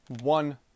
one